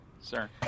sir